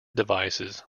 devices